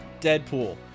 Deadpool